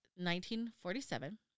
1947